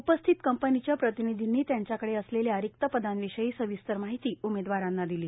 उपस्थित कंपनीच्या प्रतिनिधींनी त्यांच्याकडे असलेल्या रिक्त पदांविषयी सविस्तर माहिती उमेदवारांना दिली